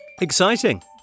Exciting